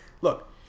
look